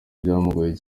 byamugoye